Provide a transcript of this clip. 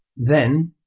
then,